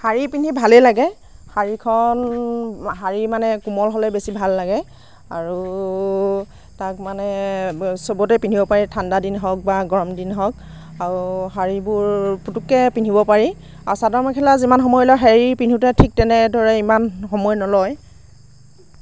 শাৰী পিন্ধি ভালেই লাগে শাৰীখন শাৰী মানে কোমল হ'লে বেছি ভাল লাগে আৰু তাক মানে চবতে পিন্ধিব পাৰি ঠাণ্ডা দিন হওঁক বা গৰম দিন হওঁক আৰু শাৰীবোৰ পোটোককে পিন্ধিব পাৰি আৰু চাদৰ মেখেলা যিমান সময় লয় শাৰী পিন্ধোতে ঠিক তেনেদৰে ইমান সময় নলয়